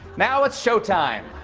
now it's show time.